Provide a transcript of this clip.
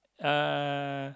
uh